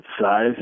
size